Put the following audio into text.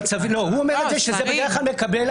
לא, הוא אומר שזה בדרך כלל הפקידות.